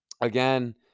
Again